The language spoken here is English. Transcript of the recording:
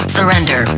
Surrender